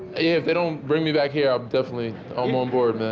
if they don't bring me back here, i'll definitely i'm on board, man.